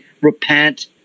repent